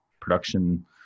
production